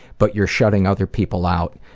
but you're shutting other people out,